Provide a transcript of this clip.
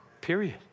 Period